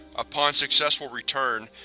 upon successful return,